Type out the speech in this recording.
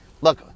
look